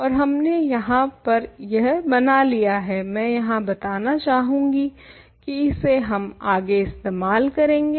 और हमने यहाँ पर यह बना लिया है मैं यहाँ बताना चाहूंगी की इसे हम आगे इस्तेमाल करेंगे